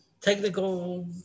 technical